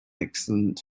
excellent